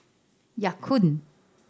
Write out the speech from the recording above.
Ya Kun